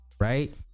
right